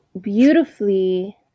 beautifully